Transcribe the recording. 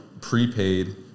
prepaid